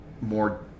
more